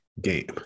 game